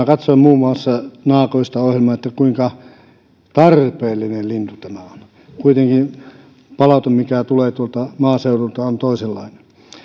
katsoin muun muassa naakoista ohjelman kuinka tarpeellinen lintu tämä on kuitenkin palaute mikä tulee tuolta maaseudulta on toisenlainen